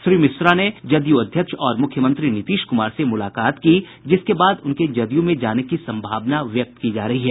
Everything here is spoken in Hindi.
श्री मिश्रा ने जदयू अध्यक्ष और मुख्यमंत्री नीतीश कुमार से मुलाकात की जिसके बाद उनके जदयू में जाने की संभावना व्यक्त की जा रही है